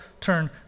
turn